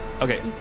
Okay